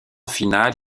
finale